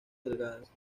delgadas